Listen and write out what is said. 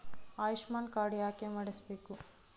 Ayushman card ಯಾಕೆ ಮಾಡಿಸಬೇಕು?